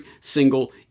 single